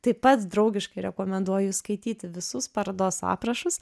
taip pat draugiškai rekomenduoju skaityti visus parodos aprašus